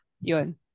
yun